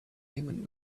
payment